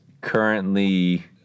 currently